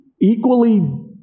equally